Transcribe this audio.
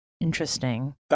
interesting